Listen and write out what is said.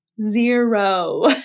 Zero